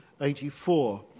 84